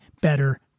better